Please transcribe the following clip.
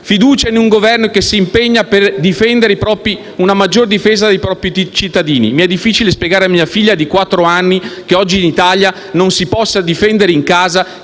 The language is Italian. Fiducia a un Governo che si impegna per una maggiore difesa dei propri cittadini. Mi è difficile spiegare a mia figlia di quattro anni che oggi in Italia non ci si possa difendere in casa